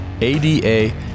ADA